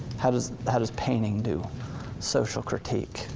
how does how does painting do social critique?